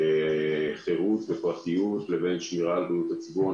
החירות והפרטיות לבין שמירה על בריאות הציבור.